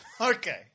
Okay